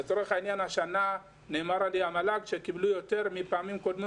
המל"ג אמרו לי שהשנה הם קיבלו יותר מאשר בפעמים הקודמות